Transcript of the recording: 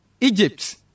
Egypt